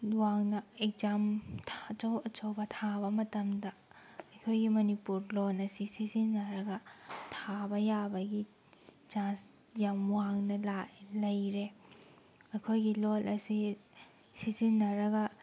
ꯋꯥꯡꯅ ꯑꯦꯛꯖꯥꯝ ꯑꯆꯧ ꯑꯆꯧꯕ ꯊꯥꯕ ꯃꯇꯝꯗ ꯑꯩꯈꯣꯏꯒꯤ ꯃꯅꯤꯄꯨꯔ ꯂꯣꯟ ꯑꯁꯤ ꯁꯤꯖꯤꯟꯅꯔꯒ ꯊꯥꯕ ꯌꯥꯕꯒꯤ ꯆꯥꯟꯁ ꯌꯥꯝ ꯋꯥꯡꯅ ꯂꯩꯔꯦ ꯑꯩꯈꯣꯏꯒꯤ ꯂꯣꯟ ꯑꯁꯤ ꯁꯤꯖꯤꯟꯅꯔꯒ